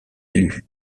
élus